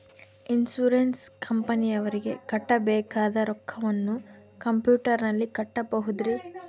Insurance ಕಂಪನಿಯವರಿಗೆ ಕಟ್ಟಬೇಕಾದ ರೊಕ್ಕವನ್ನು ಕಂಪ್ಯೂಟರನಲ್ಲಿ ಕಟ್ಟಬಹುದ್ರಿ?